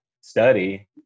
study